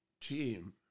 team